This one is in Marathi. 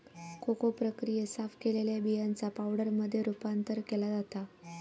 कोको प्रक्रियेत, साफ केलेल्या बियांचा पावडरमध्ये रूपांतर केला जाता